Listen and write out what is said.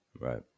Right